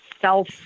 self